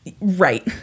Right